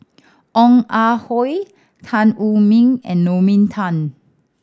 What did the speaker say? Ong Ah Hoi Tan Wu Meng and Naomi Tan